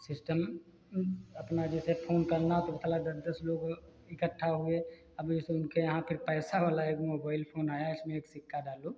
system अपना जैसे phone करना हो तो मतलब दस दस लोग हो इकट्ठा हुए अब जैसे उनके यहाँ फ़िर पैसा वाला एक मोबाइल फ़ोन आया जिसमें एक सिक्का डालो